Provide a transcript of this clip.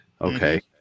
okay